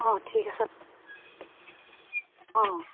অঁ ঠিক আছে অঁ